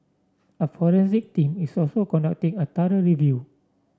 a forensic team is also conducting a thorough review